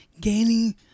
gaining